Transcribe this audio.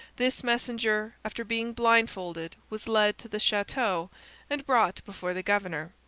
this messenger after being blindfolded was led to the chateau and brought before the governor,